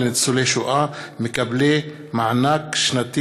מיליון השקלים לבניית כיתות לימוד במחאה על ביטול מכונות המזל,